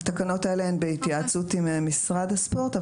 התקנות האלה הן בהתייעצות עם משרד הספורט,